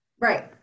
Right